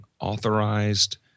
authorized